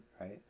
right